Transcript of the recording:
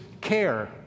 care